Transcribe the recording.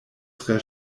tre